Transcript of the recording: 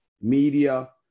media